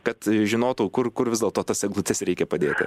kad žinotų kur kur vis dėlto tas eglutes reikia padėti